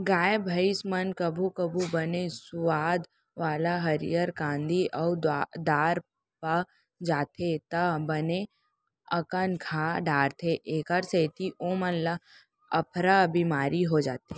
गाय भईंस मन कभू कभू बने सुवाद वाला हरियर कांदी अउ दार पा जाथें त बने अकन खा डारथें एकर सेती ओमन ल अफरा बिमारी हो जाथे